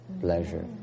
pleasure